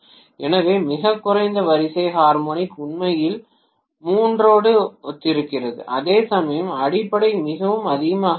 எனவே மிகக் குறைந்த வரிசை ஹார்மோனிக் உண்மையில் மூன்றோடு ஒத்திருக்கிறது அதேசமயம் அடிப்படை மிகவும் அதிகமாக உள்ளது